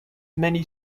many